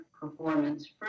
performance